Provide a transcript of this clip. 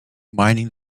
mining